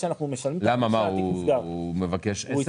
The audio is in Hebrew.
הוא מבקש כסף לאכול?